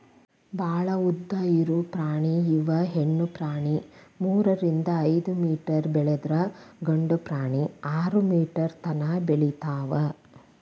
ಭಾಳ ಉದ್ದ ಇರು ಪ್ರಾಣಿ ಇವ ಹೆಣ್ಣು ಪ್ರಾಣಿ ಮೂರರಿಂದ ಐದ ಮೇಟರ್ ಬೆಳದ್ರ ಗಂಡು ಪ್ರಾಣಿ ಆರ ಮೇಟರ್ ತನಾ ಬೆಳಿತಾವ